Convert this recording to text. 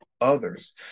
others